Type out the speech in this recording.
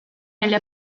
nelle